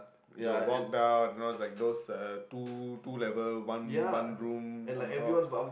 you will walk down you know is like those uh two two level one one room on top